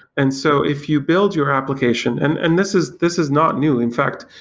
and so if you build your application and and this is this is not new. in fact,